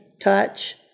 touch